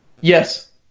Yes